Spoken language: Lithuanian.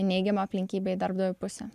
neigiama aplinkybė į darbdavio pusę